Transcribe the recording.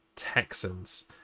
texans